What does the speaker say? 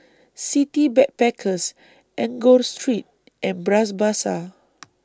City Backpackers Enggor Street and Bras Basah